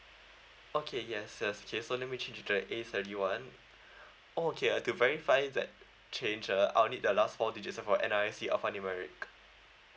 okay yes yes yes so let me change to the a thirty one oh okay uh to verify that change uh I'll need the last four digits of your N_R_I_C alphanumeric